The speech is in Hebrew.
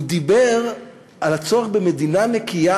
הוא דיבר על הצורך במדינה נקייה,